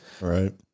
Right